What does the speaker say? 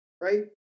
right